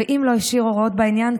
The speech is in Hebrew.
אם לא השאיר הוראות בעניין,